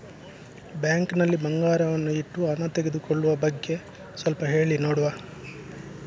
Bank ನಲ್ಲಿ ಬಂಗಾರವನ್ನು ಇಟ್ಟು ಹಣ ತೆಗೆದುಕೊಳ್ಳುವ ಬಗ್ಗೆ ಸ್ವಲ್ಪ ಹೇಳಿ ನೋಡುವ?